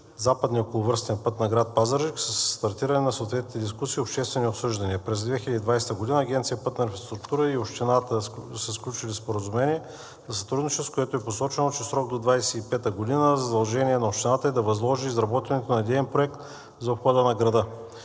западния околовръстен път на град Пазарджик със стартиране на съответните дискусии и обществени обсъждания. През 2020 г. Агенция „Пътна инфраструктура“ и Общината са сключили споразумение за сътрудничество, в което е посочено, че в срок до 2025 г. задължение на Общината е да възложи изработването на идеен проект за обхода на града.